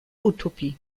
utopie